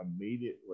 immediately